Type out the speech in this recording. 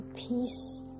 Peace